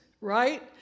right